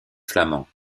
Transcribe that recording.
flament